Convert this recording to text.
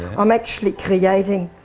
i'm actually creating